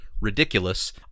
ridiculous